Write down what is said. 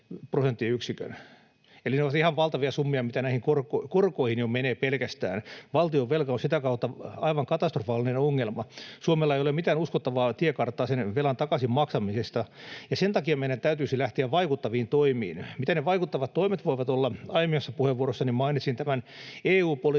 Eli ne ovat ihan valtavia summia, mitä jo näihin korkoihin menee pelkästään. Valtionvelka on sitä kautta aivan katastrofaalinen ongelma. Suomella ei ole mitään uskottavaa tiekarttaa sen velan takaisin maksamisesta, ja sen takia meidän täytyisi lähteä vaikuttaviin toimiin. Mitä ne vaikuttavat toimet voivat olla? Aiemmassa puheenvuorossani mainitsin EU-politiikan,